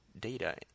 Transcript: data